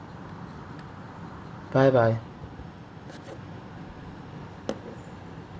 bye bye